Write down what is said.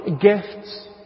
gifts